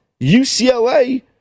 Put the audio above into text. UCLA